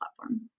platform